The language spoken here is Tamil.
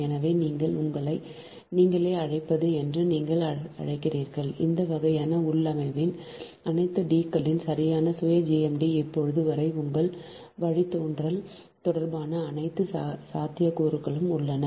எனவே நீங்கள் உங்களை நீங்களே அழைப்பது என்று நீங்கள் அழைக்கிறீர்கள் இந்த வகையான உள்ளமைவின் அனைத்து D களின் சரியான சுய GMD இப்போது வரை உங்கள் வழித்தோன்றல் தொடர்பான அனைத்து சாத்தியக்கூறுகளும் உள்ளன